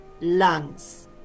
lungs